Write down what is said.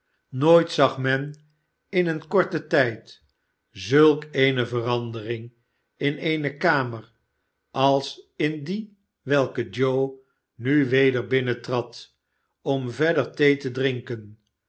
noot zag men in een korten tijd zulk eene verandenng in eene kamer als in die welke joe nu weder binnentrad om verder thee te drinken